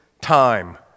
time